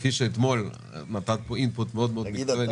כפי שאתמול נתת פה אינפוט מאוד מאוד מקצועי,